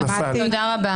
נפל.